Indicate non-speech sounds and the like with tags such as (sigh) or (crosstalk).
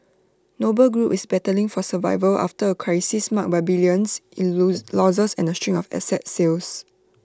noble group is battling for survival after A crisis marked by billions in (unintelligible) losses and A string of asset sales